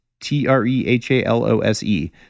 T-R-E-H-A-L-O-S-E